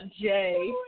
Jay